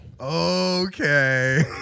Okay